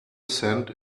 cent